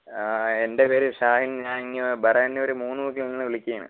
ആ എന്റെ പേര് ഷാഹിൻ ഞാൻ ഇങ്ങ് ബറയ്യന്നൂർ മൂന്ന് മുക്കിൽ നിന്ന് വിളിക്കുകയാണ്